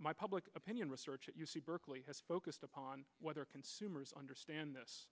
my public opinion research at u c berkeley has focused upon whether consumers understand this